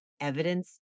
evidence